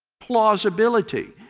plausibility,